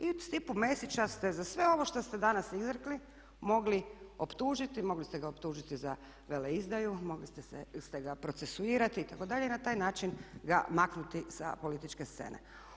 I uz Stipu Mesića ste za sve ovo što ste danas izrekli mogli optužiti, mogli ste ga optužiti za veleizdaju, mogli ste ga procesuirati itd. na taj način ga maknuti sa političke scene.